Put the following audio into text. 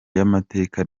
y’amateka